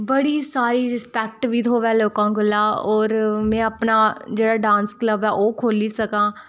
बड़ी सारी रेस्पेक्ट बी थोए लोकें कोला होर में अपना जेह्ड़ा डांस क्लब ऐ ओह् खोह्ली सकां